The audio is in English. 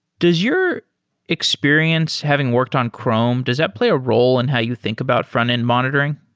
does your experience having worked on chrome, does that play a role in how you think about frontend monitoring?